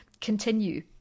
continue